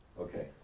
Okay